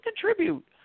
contribute